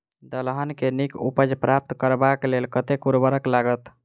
दलहन केँ नीक उपज प्राप्त करबाक लेल कतेक उर्वरक लागत?